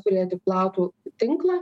turėti platų tinklą